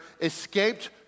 escaped